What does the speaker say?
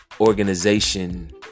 organization